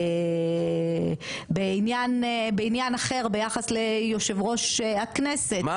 בעניין אחר ביחס ליושב ראש הכנסת,